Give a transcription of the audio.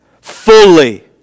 fully